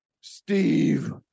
Steve